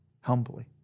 humbly